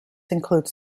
includes